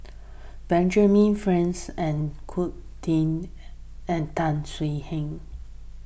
Benjamin Franks and Zulkifli and Tan Swie Hian